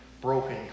broken